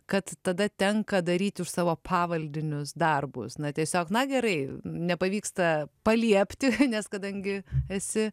kad tada tenka daryti už savo pavaldinius darbus na tiesiog na gerai nepavyksta paliepti nes kadangi esi